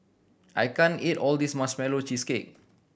I can't eat all this Marshmallow Cheesecake